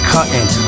Cutting